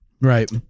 right